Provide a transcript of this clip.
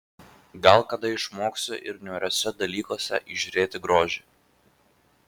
gal kada išmoksiu ir niūriuose dalykuose įžiūrėti grožį